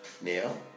Now